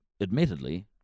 admittedly